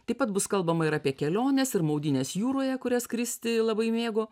taip pat bus kalbama ir apie keliones ir maudynes jūroje kurias kristi labai mėgo